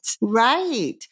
Right